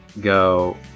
go